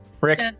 Rick